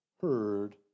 heard